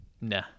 Nah